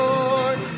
Lord